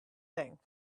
thing